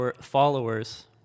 followers